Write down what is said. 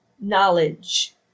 knowledge